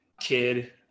kid